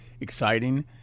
exciting